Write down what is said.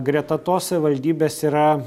greta to savivaldybės yra